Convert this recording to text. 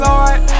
Lord